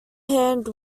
hand